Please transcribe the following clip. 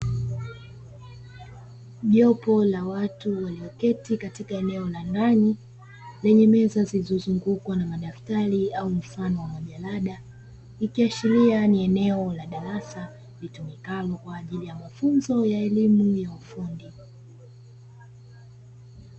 Jopo la watu walioketi katika eneo la ndani lenye meza zilizozungukwa na madaftari au mfano wa majalada, likiashiria ni eneo la darasa litumikalo kwa ajili ya mafunzo ya elimu ya ufundi.